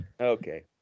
Okay